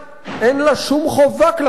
אין לה שום חובה כלפיו.